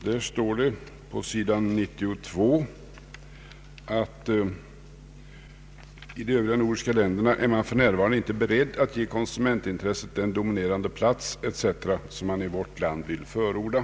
Där står på s. 92 att i de övriga nordiska länderna är man för närvarande inte beredd att ge konsumentintresset den dominerande plats etc. som man i vårt land vill förorda.